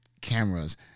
cameras